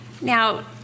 Now